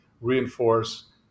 reinforce